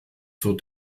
zur